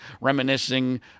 reminiscing